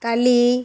களி